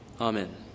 Amen